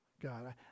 God